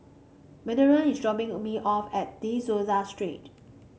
is dropping me off at De Souza Street